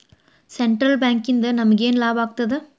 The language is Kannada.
ಸೆಂಟ್ರಲ್ ಬ್ಯಾಂಕಿಂದ ನಮಗೇನ್ ಲಾಭಾಗ್ತದ?